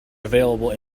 available